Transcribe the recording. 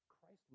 Christ